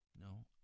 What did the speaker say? No